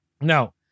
Now